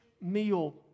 meal